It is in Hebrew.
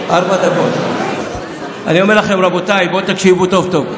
אני אומר לכם, רבותיי, בואו תקשיבו טוב טוב.